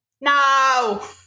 No